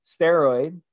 steroid